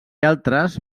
altres